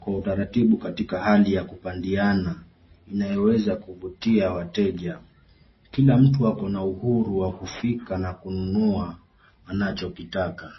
kwa utaratibu, katika hali ya kupandiana, inayoweza kuvutia wateja. Kila mtu ako na uhuru wa kufika na kununua anachokitaka.